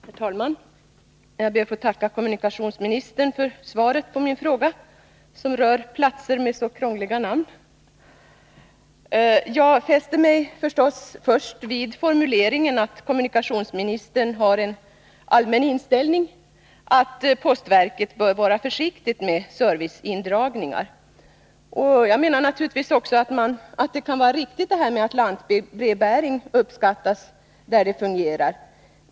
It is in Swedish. Herr talman! Jag ber att få tacka kommunikationsministern för svaret på min fråga, som rör platser med så krångliga namn. Jag fäster mig förstås först vid formuleringen att kommunikationsministern har en allmän inställning att postverket bör vara försiktigt med serviceförändringar. Jag menar också att det kan vara riktigt att lantbrevbäring uppskattas där den fungerar.